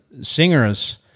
singers